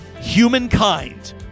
humankind